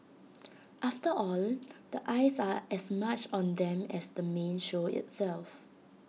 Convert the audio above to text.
after all the eyes are as much on them as the main show itself